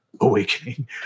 awakening